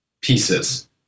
pieces